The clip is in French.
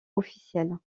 officielle